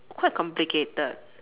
quite complicated